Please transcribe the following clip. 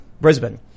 Brisbane